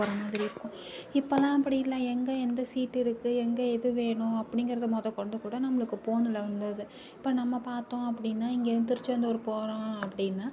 போகிற மாதிரி இருக்கும் இப்பலாம் அப்படி இல்லை எங்கே எந்த சீட்டு இருக்குது எங்கே எது வேணும் அப்படிங்குறது முத கொண்டு கூட நம்மளுக்கு ஃபோன்ல வந்துருது இப்போ நம்ம பார்த்தோம் அப்படினா இங்க இருந்து திருச்செந்தூர் போறோம் அப்படினா